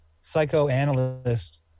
psychoanalyst